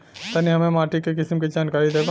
तनि हमें माटी के किसीम के जानकारी देबा?